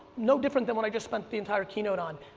no different than what i just spent the entire keynote on.